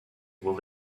will